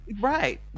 Right